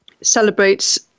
celebrates